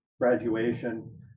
graduation